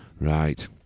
Right